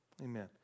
Amen